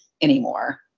anymore